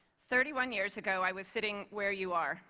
thirty one years ago i was sitting where you are.